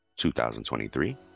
2023